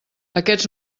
aquests